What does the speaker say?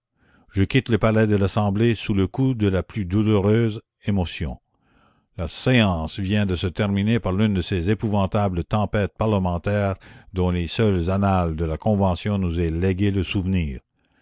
je quitte le palais de l'assemblée sous le coup de la plus douloureuse émotion la séance vient de se terminer par l'une de ces épouvantables tempêtes parlementaires dont les seules annales de la convention nous aient légué le souvenir